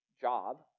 job